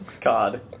God